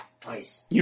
twice